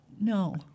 No